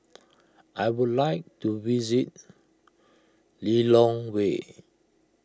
I would like to visit Lilongwe